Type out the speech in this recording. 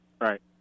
Right